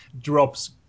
drops